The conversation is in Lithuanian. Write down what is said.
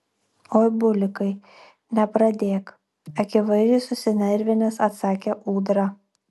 oi bulikai nepradėk akivaizdžiai susinervinęs atsakė ūdra